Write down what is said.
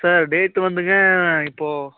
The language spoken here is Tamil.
சார் டேட்டு வந்துங்க இப்போது